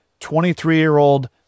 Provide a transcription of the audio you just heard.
23-year-old